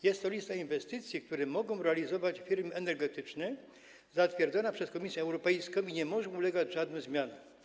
Jest to lista inwestycji, które mogą realizować firmy energetyczne, zatwierdzona przez Komisję Europejską, i nie może ona ulegać żadnym zmianom.